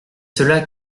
cela